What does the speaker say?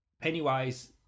Pennywise